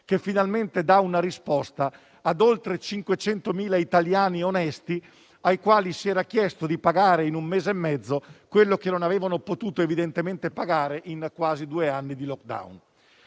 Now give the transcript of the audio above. che finalmente dà una risposta ad oltre 500.000 italiani onesti, ai quali si era chiesto di pagare, in un mese e mezzo, quello che non avevano potuto evidentemente pagare in quasi due anni di *lockdown*.